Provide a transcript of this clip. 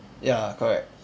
ya correct